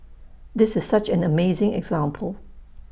this is such an amazing example